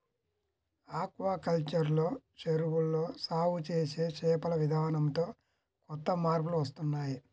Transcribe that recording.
aquaculture లో చెరువుల్లో సాగు చేసే చేపల విధానంతో కొత్త మార్పులు వస్తున్నాయ్